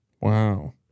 Wow